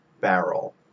barrel